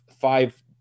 five